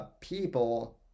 people